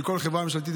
בכל חברה ממשלתית,